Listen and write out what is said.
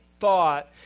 thought